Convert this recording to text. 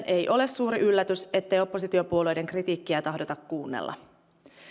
ei ole suuri yllätys ettei oppositiopuolueiden kritiikkiä tahdota kuunnella